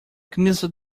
camisa